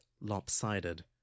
lopsided